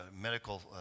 medical